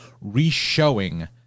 re-showing